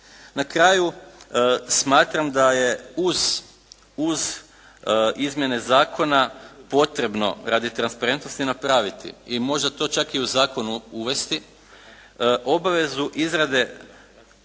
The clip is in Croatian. Na kraju smatram da je uz izmjene zakona potrebno radi transparentnosti napraviti i možda to čak i u zakonu uvesti obavezu izrade